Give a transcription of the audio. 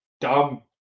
dumb